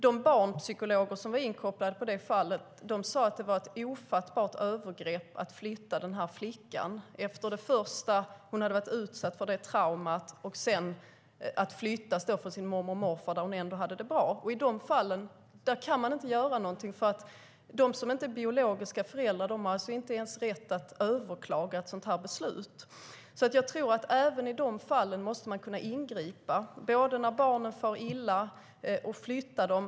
De barnpsykologer som var inkopplade sade att det var ett ofattbart övergrepp att flytta flickan från hennes mormor och morfar där hon hade det bra och med tanke på det trauma hon tidigare hade varit utsatt för. I de fallen kan man inte göra någonting. De som inte är biologiska föräldrar har inte ens rätt att överklaga ett sådant beslut. Jag tror att man även i de fallen måste kunna ingripa när barnen far illa och då flytta på dem.